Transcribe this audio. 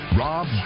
rob